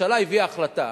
הממשלה הביאה החלטה,